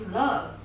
love